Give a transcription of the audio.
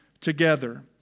together